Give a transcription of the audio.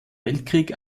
weltkrieg